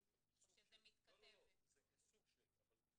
או שזה מתכתב --- זה סוג של אבל גם.